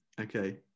Okay